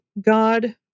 God